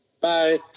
Bye